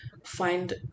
find